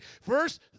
First